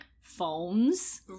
phones